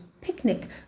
picnic